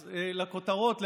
אז לכותרות,